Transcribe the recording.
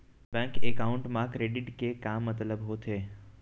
Bank account मा credit के का मतलब होथे?